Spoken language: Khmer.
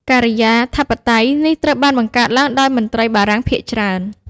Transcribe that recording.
ការិយាធិបតេយ្យនេះត្រូវបានបង្កើតឡើងដោយមន្ត្រីបារាំងភាគច្រើន។